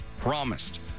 promised